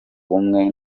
bumwe